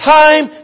time